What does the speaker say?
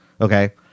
Okay